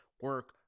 Work